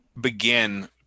begin